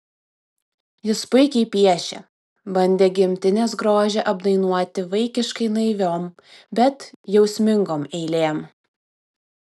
jis puikiai piešė bandė gimtinės grožį apdainuoti vaikiškai naiviom bet jausmingom eilėm